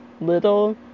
little